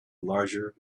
larger